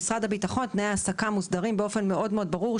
יש הבדל גדול בין המודל של משרד הביטחון למודל של